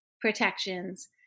protections